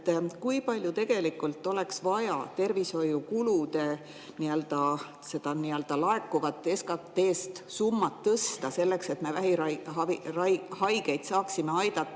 kui palju tegelikult oleks vaja tervishoiukuludest laekuvat SKT-st summat tõsta, selleks et me vähiravihaigeid saaksime aidata.